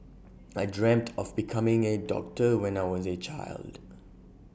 I dreamt of becoming A doctor when I was A child